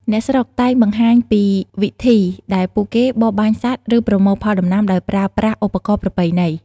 អ្នកស្រុកតែងបង្ហាញពីវិធីដែលពួកគេបរបាញ់សត្វ ឬប្រមូលផលដំណាំដោយប្រើប្រាស់ឧបករណ៍ប្រពៃណី។